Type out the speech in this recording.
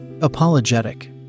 Apologetic